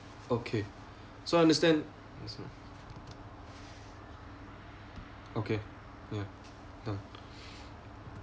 okay so I understand okay ya done